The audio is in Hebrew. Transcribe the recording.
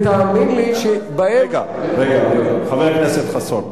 חבר הכנסת יואל חסון,